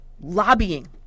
lobbying